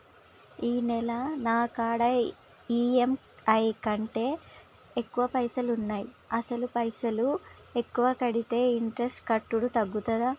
ఈ నెల నా కాడా ఈ.ఎమ్.ఐ కంటే ఎక్కువ పైసల్ ఉన్నాయి అసలు పైసల్ ఎక్కువ కడితే ఇంట్రెస్ట్ కట్టుడు తగ్గుతదా?